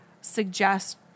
suggest